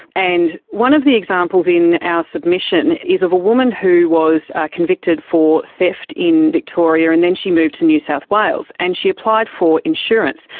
and one of the examples in our submission is of a woman who was convicted for theft in victoria and then she moved to new south wales, and she applied for insurance,